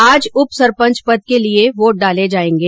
आज उप सरपंच पद के लिए वोट डाले जायेंगे